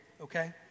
okay